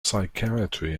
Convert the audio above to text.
psychiatry